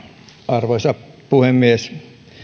arvoisa puhemies